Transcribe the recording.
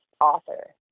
author